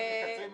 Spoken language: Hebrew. מלמטה.